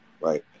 Right